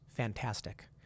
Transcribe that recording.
Fantastic